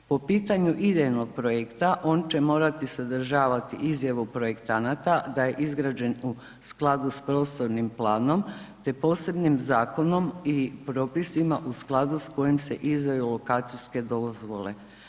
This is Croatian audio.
Po pitanju idejnog projekta, on će morati sadržavati izjavu projektanata da je izgrađen u skladu s prostornim planom, te posebnim zakonom i propisima u skladu s kojim se izdaju lokacijske dozvole.